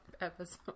episode